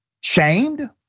shamed